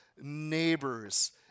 neighbors